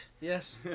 Yes